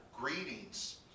Greetings